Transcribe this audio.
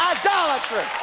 idolatry